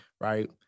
right